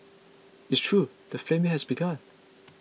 it's true the flaming has begun